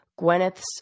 Gwyneth's